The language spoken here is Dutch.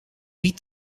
wiet